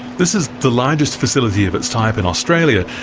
this is the largest facility of its type in australia,